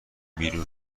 بیرون